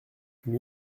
huit